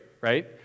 Right